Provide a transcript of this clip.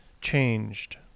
changed